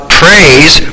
praise